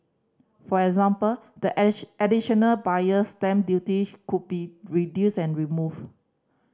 for example the addition Additional Buyer's Stamp Duty could be reduced or removed